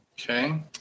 Okay